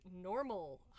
Normal